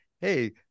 hey